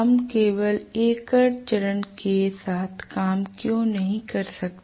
हम केवल एकल चरण के साथ काम क्यों नहीं कर सकते